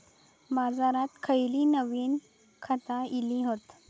बाजारात खयली नवीन खता इली हत?